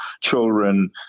children